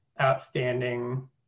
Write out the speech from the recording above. outstanding